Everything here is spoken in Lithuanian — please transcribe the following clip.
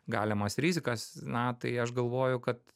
galimas rizikas na tai aš galvoju kad